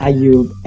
Ayub